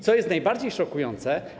Co jest najbardziej szokujące?